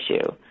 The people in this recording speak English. issue